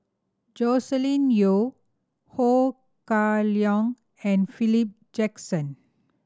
Joscelin Yeo Ho Kah Leong and Philip Jackson